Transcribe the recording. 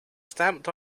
stamped